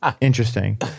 interesting